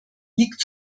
liegt